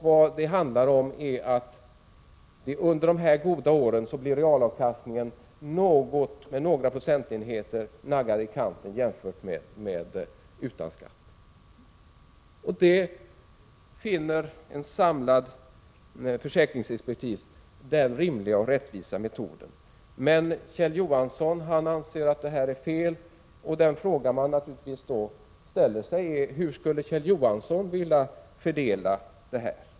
Vad det handlar om är att avkastningen under dessa goda år kommer att naggas i kanten med några procentenheter jämfört med vad som skulle bli fallet utan skatt. Det finner den samlade försäkringsexpertisen vara den rimliga och rättvisa metoden. Kjell Johansson anser att det är fel. Då ställer man sig naturligtvis frågan: Hur skulle Kjell Johansson vilja fördela det hela?